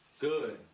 Good